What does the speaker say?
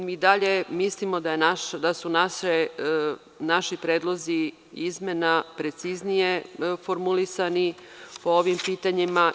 I dalje mislimo da su naši predlozi izmena preciznije formulisani po ovim pitanjima.